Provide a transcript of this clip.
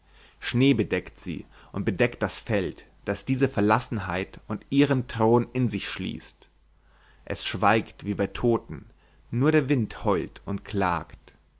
bedeckt sie und bedeckt das feld das diese verlassenheit und ihren thron in sich schließt es schweigt wie bei toten nur der wind heult und klagt